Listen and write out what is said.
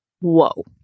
Whoa